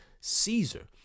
Caesar